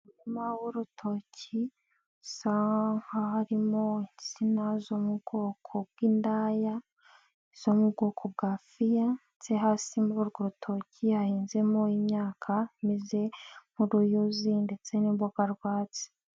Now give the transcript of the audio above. Umurima w'urutoki, bisa nkaho harimo insina zo mu bwoko bw'indaya, izo mu bwoko bwa fiya ndetse hasi muri urwo rutoki hahinzemo imyaka, imeze nk'uruyuzi ndetse n'imboga rwatsi.